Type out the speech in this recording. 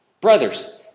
Brothers